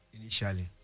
initially